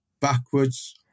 backwards